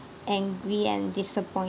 angry and disappoint